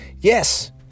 Yes